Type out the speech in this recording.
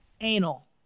Anal